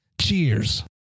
Cheers